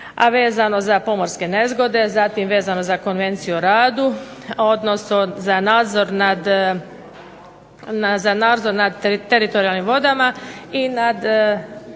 a vezano za pomorske nezgode. Zatim vezano za Konvenciju o radu odnosno za nadzor nad teritorijalnim vodama i nad